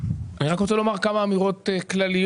אני רק רוצה לומר כמה אמירות כלליות.